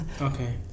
okay